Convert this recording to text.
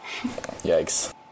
Yikes